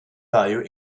value